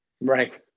Right